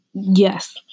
Yes